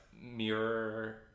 Mirror